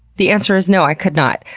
the answer is no, i could not.